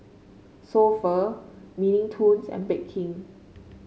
So Pho Mini Toons and Bake King